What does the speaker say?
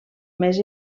més